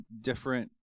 different